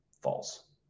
false